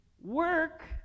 work